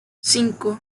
cinco